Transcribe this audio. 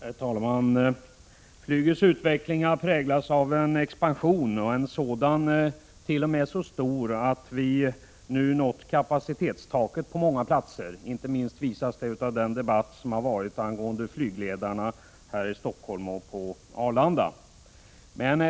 Herr talman! Flygets utveckling har präglats av en expansion, t.o.m. så stor att vi nu nått kapacitetstaket på många platser. Det visas inte minst av den debatt som pågått angående flygledarna i Stockholm och på Arlanda.